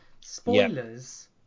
spoilers